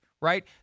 right